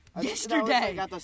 Yesterday